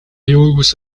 always